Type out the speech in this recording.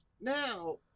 Now